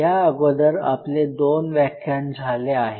या अगोदर आपले दोन व्याख्यान झाले आहेत